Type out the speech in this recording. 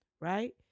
right